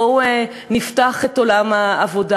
בואו נפתח את עולם העבודה.